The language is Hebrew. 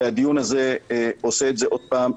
והדיון הזה עושה את זה עוד פעם,